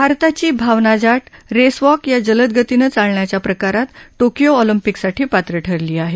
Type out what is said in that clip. भारताची Bhawna Jat race walk या जलदगतीनं चालण्याच्या प्रकारात टोकियो ऑलिम्पिकसाठी पात्र ठरली आहे